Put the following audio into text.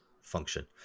function